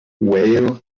whale